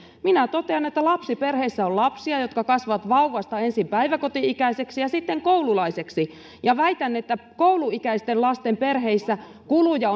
minä totean että lapsiperheissä on lapsia jotka kasvavat vauvasta ensin päiväkoti ikäiseksi ja sitten koululaiseksi ja väitän että kouluikäisten lasten perheissä kuluja